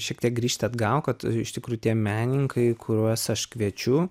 šiek tiek grįžti atgal kad iš tikrųjų tie menininkai kuriuos aš kviečiu